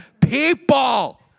people